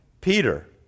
Peter